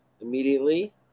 immediately